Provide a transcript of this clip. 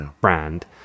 brand